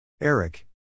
Eric